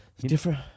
Different